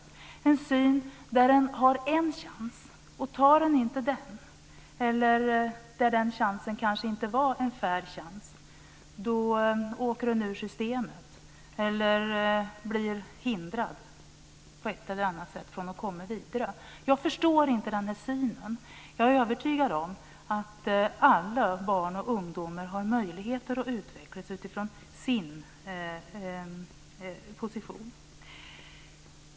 Enligt denna syn har man en enda chans, och om man inte tar den eller om det inte var en fair chans, åker man ut ur systemet eller blir på ett eller annat sätt hindrad från att komma vidare. Jag förstår inte den här synen. Jag är övertygad om att alla barn och ungdomar har möjligheter att utvecklas utifrån sin position.